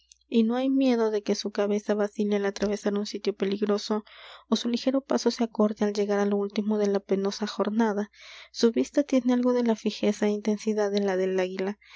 y no hay miedo de que su cabeza vacile al atravesar un sitio peligroso ó su ligero paso se acorte al llegar á lo último de la penosa jornada su vista tiene algo de la fijeza é intensidad de la del águila